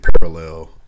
parallel